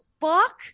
fuck